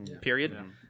period